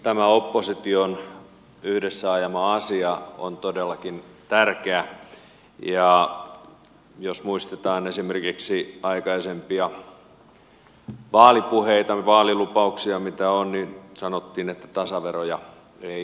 tämä opposition yhdessä ajama asia on todellakin tärkeä ja jos muistetaan esimerkiksi aikaisempia vaalipuheita vaalilupauksia mitä on niin sanottiin että tasaveroja ei nosteta